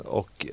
och